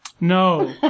No